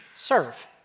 Serve